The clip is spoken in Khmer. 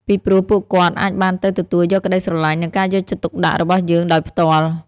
ពីព្រោះពួកគាត់អាចបាននៅទទួលយកក្តីស្រឡាញ់ និងការយកចិត្តទុកដាក់របស់យើងដោយផ្ទាល់។